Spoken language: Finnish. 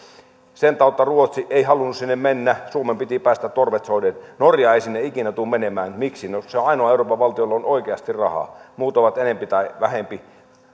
sen tautta ruotsi ei halunnut sinne mennä suomen piti päästä torvet soiden norja ei sinne ikinä tule menemään miksi no se on ainoa euroopan valtio jolla on oikeasti rahaa muut ovat enempi tai vähempi